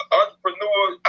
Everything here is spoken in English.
entrepreneur